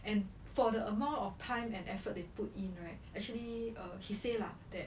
and for the amount of time and effort they put in right actually err he said like lah that